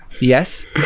yes